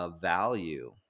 value